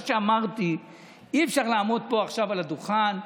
מה שאמרתי הוא שאי-אפשר לעמוד פה עכשיו על הדוכן ולהגיד: